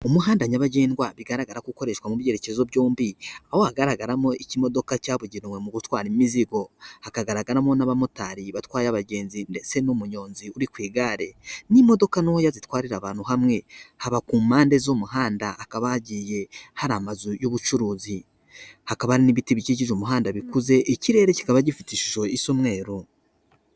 Umuhanda nyabagendwa bigaragara ko ukoreshwa mu byerekezo byombi, aho hagaragaramo ikimodoka cyabugenewe mu gutwara imizigo, hakagaragaramo n'abamotari batwaye abagenzi ndetse n'umunyonzi uri ku igare, n'imodoka ntoya zitwarira abantu hamwe, ku mpande z'umuhanda hakaba hagiye hari amazu y'ubucuruzi, hakaba n'ibiti bikije umuhanda bikuze, ikirere kikaba gifite ishusho isa umweru.